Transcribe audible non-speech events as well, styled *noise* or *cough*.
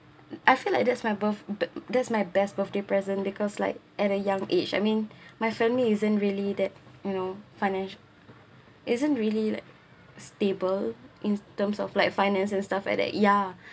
I feel like that's my birth th~ that's my best birthday present because like at a young age I mean *breath* my family isn't really that you know financi~ isn't really like stable in terms of like finance and stuff like that ya